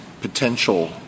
potential